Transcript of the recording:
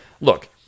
Look